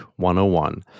101